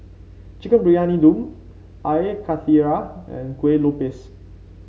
Chicken Briyani Dum Air Karthira and Kuih Lopes